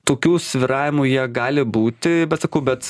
tokių svyravimų jie gali būti bet sakau bet